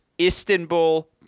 Istanbul